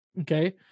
okay